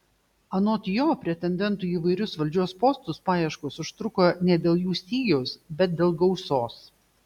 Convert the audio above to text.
anot jo pretendentų į įvairius valdžios postus paieškos užtruko ne dėl jų stygiaus bet dėl gausos